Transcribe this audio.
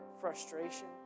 frustration